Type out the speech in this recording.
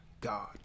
God